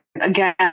again